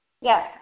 Yes